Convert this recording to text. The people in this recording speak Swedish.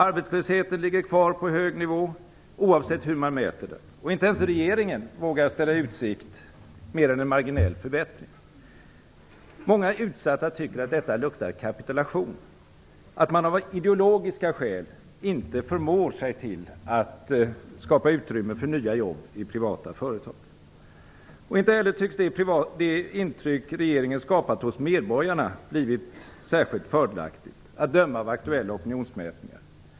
Arbetslösheten ligger kvar på hög nivå, oavsett hur man mäter den. Inte ens regeringen vågar ställa i utsikt mer än en marginell förbättring. Många utsatta tycker att detta luktar kapitulation, att man av ideologiska skäl inte förmår sig till att skapa utrymme för nya jobb i privata företag. Inte heller tycks det intryck som regeringen skapat hos medborgarna ha blivit särskilt fördelaktigt, att döma av aktuella opinionsmätningar.